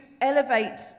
elevate